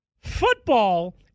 Football